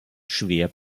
schwer